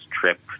trip